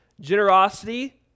Generosity